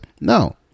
No